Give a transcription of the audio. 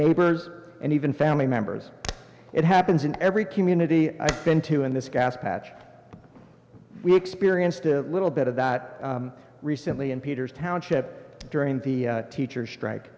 neighbors and even family members it happens in every community i've been to in this gas patch we experienced a little bit of that recently in peter's township during the teachers